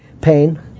Pain